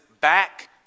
back